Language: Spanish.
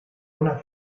una